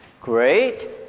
Great